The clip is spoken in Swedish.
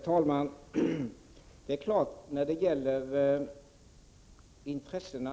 Herr talman!